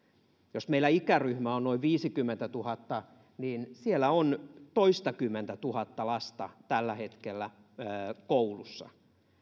jos meillä ikäryhmä on noin viisikymmentätuhatta niin siellä on toistakymmentätuhatta lasta tällä hetkellä koulussa